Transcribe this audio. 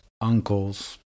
uncles